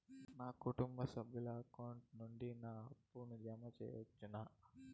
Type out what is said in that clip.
నా కుటుంబ సభ్యుల అకౌంట్ నుండి నా అప్పును జామ సెయవచ్చునా?